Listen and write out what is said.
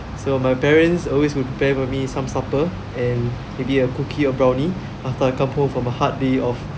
so my parents always would prepare for me some supper and maybe a cookie or brownie after I come home from a hard day of